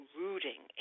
rooting